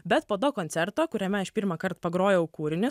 bet po to koncerto kuriame aš pirmąkart pagrojau kūrinį